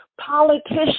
politicians